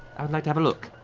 i would like to have a look.